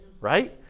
right